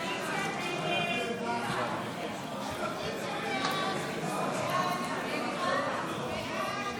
ההצעה להעביר לוועדה את הצעת חוק החברות (תיקון,